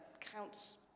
counts